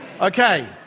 Okay